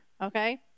Okay